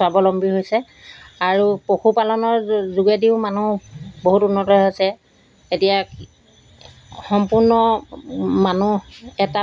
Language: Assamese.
স্বাৱলম্বী হৈছে আৰু পশুপালনৰ যোগেদিও মানুহ বহুত উন্নত হৈছে এতিয়া সম্পূৰ্ণ মানুহ এটা